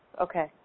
Okay